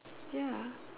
ya